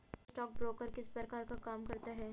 एक स्टॉकब्रोकर किस प्रकार का काम करता है?